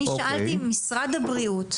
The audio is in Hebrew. אני שאלתי אם משרד הבריאות,